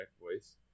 voice